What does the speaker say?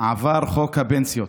עבר חוק הפנסיות